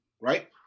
right